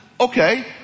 okay